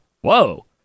whoa